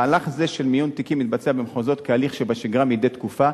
מהלך זה של מיון תיקים מתבצע במחוזות כהליך שבשגרה מדי תקופה.